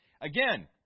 Again